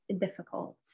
difficult